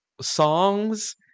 songs